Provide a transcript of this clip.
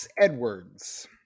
Edwards